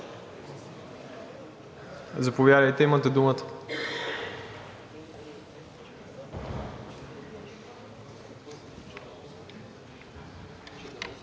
Заповядайте, имате думата.